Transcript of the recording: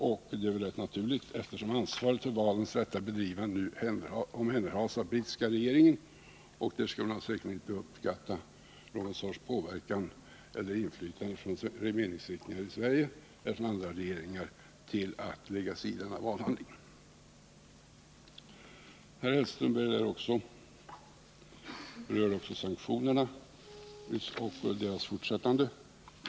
Det är väl rätt naturligt, eftersom ansvaret för valens rätta bedrivande nu ligger på den brittiska regeringen, och där skulle man säkerligen inte uppskatta någon sorts påverkan eller meningsyttringar från Sverige eller från andra regeringar som innebär att man lägger sig i denna valhandling. Herr Hellström berörde också sanktionerna och deras fortsättande.